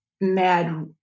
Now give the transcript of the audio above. mad